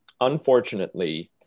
unfortunately